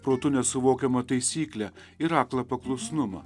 protu nesuvokiamą taisyklę ir aklą paklusnumą